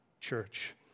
church